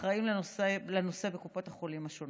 עם האחראים לנושא בקופות החולים השונות.